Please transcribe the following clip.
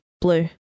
blue